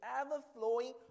ever-flowing